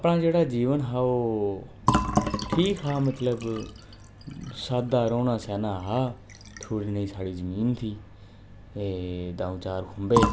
अपना जेह्ड़ा जीवन हा ओह् ठीक हा मतलब सादा रौह्ना सौह्ना हा थोह्ड़ी नेही साढ़ी जमीन थी एह् द'ऊं चार खुंबे हे